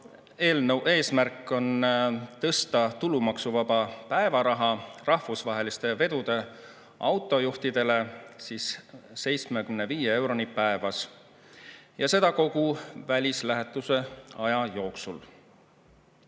eelnõu eesmärk on tõsta tulumaksuvaba päevaraha rahvusvaheliste vedude autojuhtidele 75 euroni päevas ja seda kogu välislähetuse aja jooksul.